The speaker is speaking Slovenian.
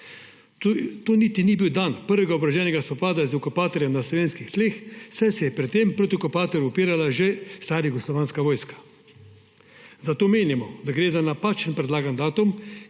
To niti ni bil dan prvega oboroženega spopada z okupatorjem na slovenskih tleh, saj se je pred tem okupatorju upirala že stara jugoslovanska vojska. Zato menimo, da gre za napačen predlagan datum,